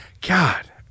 God